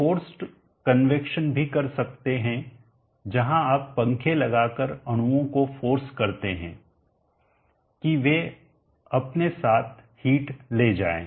आप forced convection भी कर सकते हैं जहां आप पंखे लगाकर अणुओं को फोर्स करते हैं कि करते हैं कि वे अपने साथ हिट ले जाएं